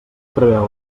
preveu